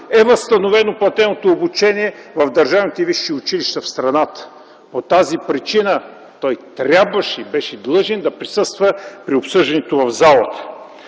е възстановено платеното обучение в държавните висши училища в страната. По тази причина той трябваше, беше длъжен да присъства при обсъждането в залата.